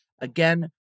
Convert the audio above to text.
Again